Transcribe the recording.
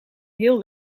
heel